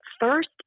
first